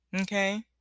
Okay